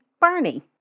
Barney